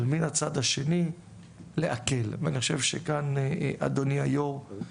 מן הצד השני להקל ואני חושב שכאן אדוני היו"ר,